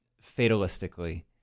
fatalistically